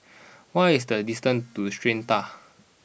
what is the distance to Strata